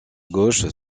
gauche